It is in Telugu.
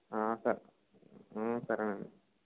సరే సరేనండి